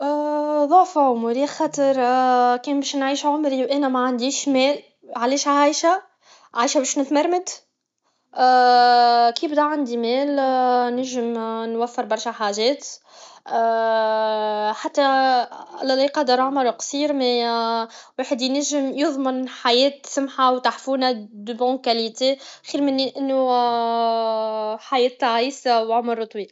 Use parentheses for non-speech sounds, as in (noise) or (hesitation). ضعف عمري خاطر (hesitation) كان باش نعيش عمري معنديش مال علاش عايشه عايشه باش نتمرمد (hesitation) كي يبدا عندي مال نجم نوفر برشا حاجات (hesitation) حتى الله لا يقدر عمر قصير لواحد ينجم يضمن حياة سمحه و تحفونه دو بون كاليتي خير من انو (hesitation) حياة تعيسه و عمرو طويل